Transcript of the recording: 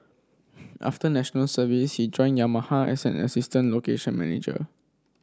after National Service he joined Yamaha as an assistant location manager